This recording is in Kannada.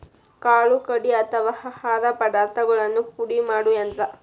ಕಾಳು ಕಡಿ ಅಥವಾ ಆಹಾರ ಪದಾರ್ಥಗಳನ್ನ ಪುಡಿ ಮಾಡು ಯಂತ್ರ